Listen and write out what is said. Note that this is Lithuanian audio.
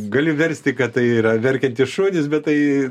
gali versti kad tai yra verkiantys šunys bet tai